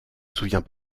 souviens